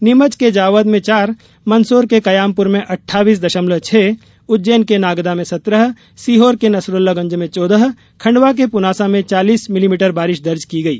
नीमच के जावद में चार मंदसौर के कयामपुर में अट्ठाइस दशमलव छह उज्जैन के नागदा में सत्रह सीहोर के नसरुल्लागंज में चौदह खण्डवा के प्रनासा में चालीस भिलीमीटर बारिश दर्ज की गई